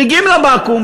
מגיעים לבקו"ם,